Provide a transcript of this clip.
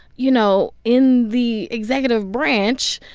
you know, in the executive branch